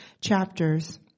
chapters